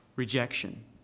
rejection